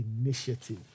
Initiative